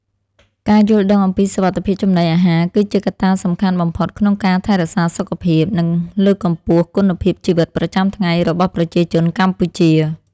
ការយល់ដឹងអំពីសុវត្ថិភាពចំណីអាហារ គឺជាកត្តាសំខាន់បំផុតក្នុងការថែរក្សាសុខភាព និងលើកកម្ពស់គុណភាពជីវិតប្រចាំថ្ងៃរបស់ប្រជាជនកម្ពុជា។